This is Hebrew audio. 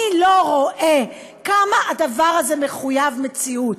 מי לא רואה כמה הדבר הזה מחויב מציאות?